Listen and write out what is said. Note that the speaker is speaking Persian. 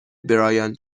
برایان